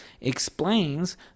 explains